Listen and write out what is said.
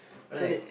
alright